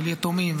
של יתומים,